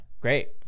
Great